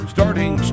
Starting